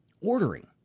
Ordering